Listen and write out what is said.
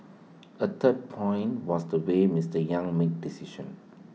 A third point was the way Mister yang made decisions